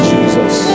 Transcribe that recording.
Jesus